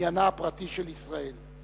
עניינה הפרטי של ישראל.